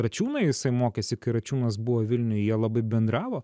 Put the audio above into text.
račiūną jisai mokėsi kai račiūnas buvo vilniuj jie labai bendravo